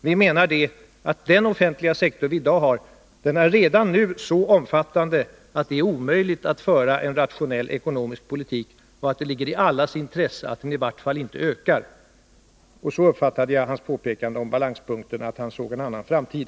Vi menar att den offentliga sektor vi i dag har redan är så omfattande att det är omöjligt att föra en rationell ekonomisk politik och att det ligger i allas intresse att den i vart fall inte ökar. Jag uppfattade Hans Gustafssons påpekande om balanspunkten så att han såg en annan framtid.